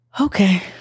Okay